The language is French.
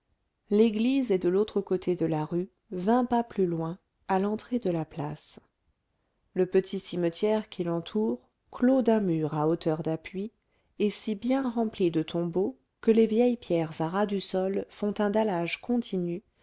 l'église est de l'autre côté de la rue vingt pas plus loin à l'entrée de la place le petit cimetière qui l'entoure clos d'un mur à hauteur d'appui est si bien rempli de tombeaux que les vieilles pierres à ras du sol font un dallage continu